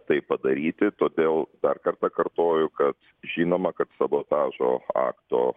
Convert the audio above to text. tai padaryti todėl dar kartą kartoju kad žinoma kad sabotažo akto